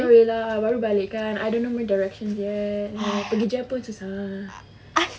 sorry lah baru balik kan I don't know my directions yet pergi JEM pun susah